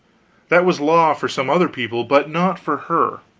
that was law for some other people, but not for her.